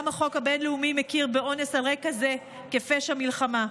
גם החוק הבין-לאומי מכיר באונס על רקע זה כפשע מלחמה.